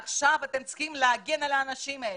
עכשיו אתם צריכים להגן על האנשים האלה.